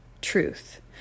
truth